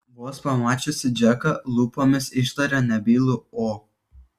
vos pamačiusi džeką lūpomis ištarė nebylų o